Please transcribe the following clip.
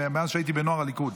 מאז שהייתי בנוער הליכוד.